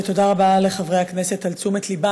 ותודה רבה לחברי הכנסת על תשומת לבם.